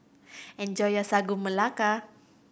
enjoy your Sagu Melaka